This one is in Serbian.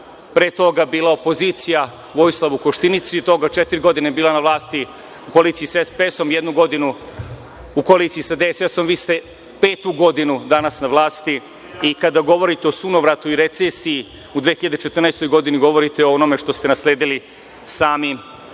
pre toga bila opozicija Vojislavu Koštunici i od toga četiri godine bila na vlasti u koaliciji sa SPS, jednu godinu u koaliciji sa DSS. Vi ste petu godinu danas na vlasti i kada govorite o sunovratu i recesiji u 2014. godini, govorite o onome što ste nasledili sami